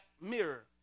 mirror